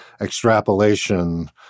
extrapolation